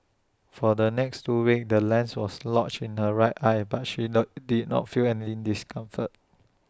for the next two weeks the lens was lodged in her right eye but she not did not feel any discomfort